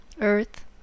Earth